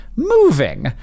Moving